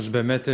אז באמת,